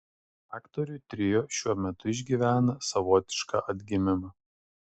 aktorių trio šiuo metu išgyvena savotišką atgimimą